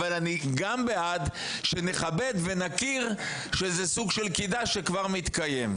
אבל אני גם בעד שנכבד ונכיר שזה סוג של קידה שכבר מתקיים.